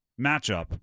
matchup